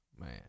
man